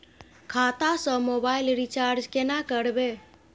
खाता स mobile recharge केना करबे?